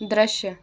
दृश्य